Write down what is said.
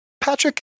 Patrick